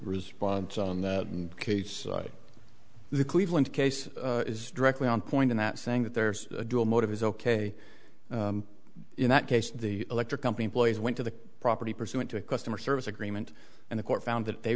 response on the case the cleveland case is directly on point in that saying that there's a dual motive is ok in that case the electric company employees went to the property pursuant to a customer service agreement and the court found that they